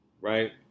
right